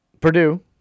Purdue